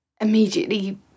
immediately